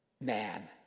man